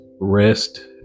rest